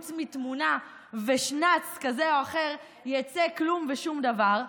חוץ מתמונה ושנ"ץ כזה או אחר יצא כלום ושום דבר,